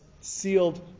sealed